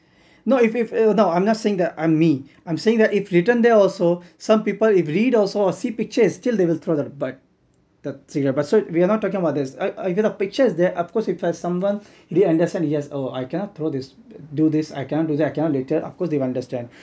no if if no I'm not saying that on me I'm saying that if written there also some people if read also or see pictures still they will throw the butt the tree there so we are not talking about this if a picture is there of course if I someone they understand yes oh I cannot throw this do this I cannot do that l cannot litter of course they will understand